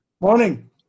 Morning